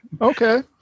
Okay